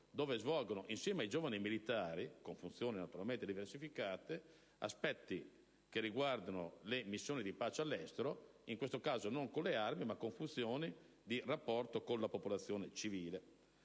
dove curano, insieme ai giovani militari (con funzioni naturalmente diversificate), aspetti che riguardano le missioni di pace all'estero, in questo caso non con le armi ma con funzioni di rapporto con la popolazione civile.